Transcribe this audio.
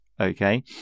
Okay